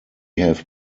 have